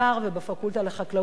ובפקולטה לחקלאות ברחובות.